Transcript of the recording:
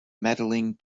medaling